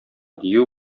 дию